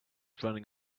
running